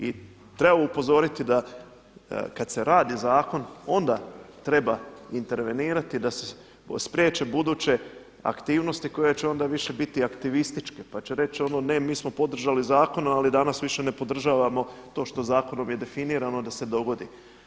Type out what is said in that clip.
I treba upozoriti da kada se radi zakon onda treba intervenirati da se spriječe buduće aktivnosti koje će onda više biti aktivističke pa će reći ono ne mi smo podržali zakon, ali danas više ne podržavamo to što zakonom je definirano da se dogodi.